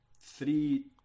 three